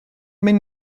mynd